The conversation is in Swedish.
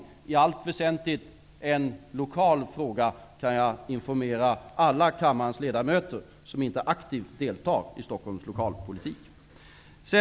Det är i allt väsentligt en lokal fråga, kan jag informera alla kammarens ledamöter om som inte aktivt deltar i Stockholms lokalpolitik.